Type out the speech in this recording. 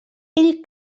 ell